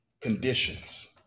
conditions